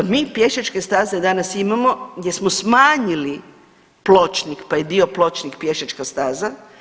Mi pješačke staze danas imamo gdje smo smanjili pločnik, pa i dio pločnik pješačka staza.